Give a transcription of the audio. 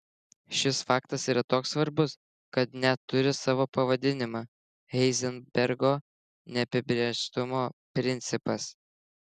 šis faktas yra toks svarbus kad net turi savo pavadinimą heizenbergo neapibrėžtumo principas